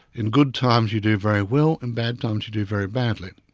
in good times you do very well, in bad times you do very badly.